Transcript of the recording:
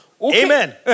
Amen